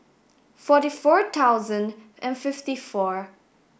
forty four thousand and fifty four